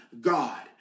God